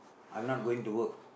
I am not going to work